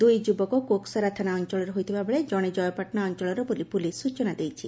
ଦୁଇ ଯୁବକ କୋକସରା ଥାନା ଅଞ୍ଚଳର ହୋଇଥିବାବେଳେ ଜଣେ ଜୟପାଟଣା ଅଞ୍ଚଳର ବୋଲି ପୁଲିସ ସ୍ଚନା ଦେଇଛି